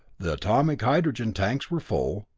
the atomic hydrogen tanks were full,